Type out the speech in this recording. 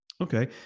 Okay